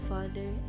Father